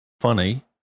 funny